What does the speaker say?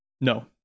No